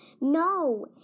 No